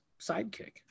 sidekick